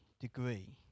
degree